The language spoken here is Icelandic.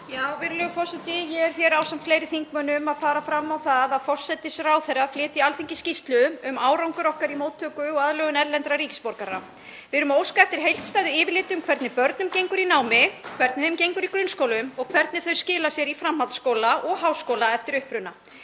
Virðulegur forseti. Ég er hér ásamt fleiri þingmönnum að fara fram á það að forsætisráðherra flytji Alþingi skýrslu um árangur okkar í móttöku og aðlögun erlendra ríkisborgara. Við erum að óska eftir heildstæðu yfirliti um hvernig börnum gengur í námi, hvernig þeim gengur í grunnskólum og hvernig þau skila sér í framhaldsskóla og háskóla eftir uppruna.